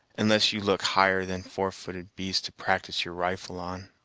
unless you look higher than four-footed beasts to practice your rifle on.